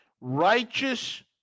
Righteous